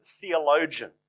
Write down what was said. theologian